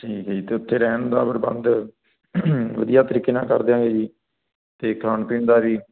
ਠੀਕ ਹੈ ਜੀ ਅਤੇ ਉੱਥੇ ਰਹਿਣ ਦਾ ਪ੍ਰਬੰਧ ਵਧੀਆ ਤਰੀਕੇ ਨਾਲ ਕਰ ਦਿਆਂਗੇ ਜੀ ਅਤੇ ਖਾਣ ਪੀਣ ਦਾ ਵੀ